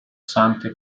sante